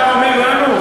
אתה אומר לנו?